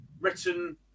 written